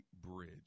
Bridge